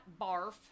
barf